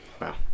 Wow